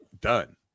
done